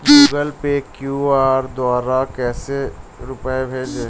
Google Pay QR द्वारा कैसे रूपए भेजें?